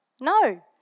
No